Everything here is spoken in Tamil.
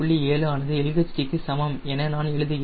7 ஆனது LHT க்கு சமம் என நான் எழுதுகிறேன்